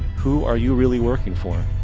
who are you really working for?